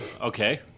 Okay